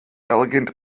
elegant